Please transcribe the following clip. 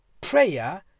Prayer